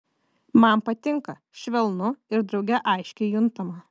man patinka švelnu ir drauge aiškiai juntama